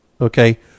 okay